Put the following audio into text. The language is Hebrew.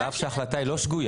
על אף שההחלטה היא לא שגויה,